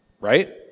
right